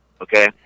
Okay